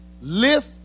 lift